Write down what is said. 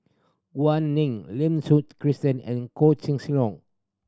Gao Ning Lim Suchen Christine and Koh Leong